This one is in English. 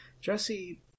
Jesse